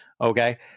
Okay